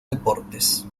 deportes